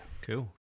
cool